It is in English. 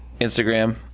Instagram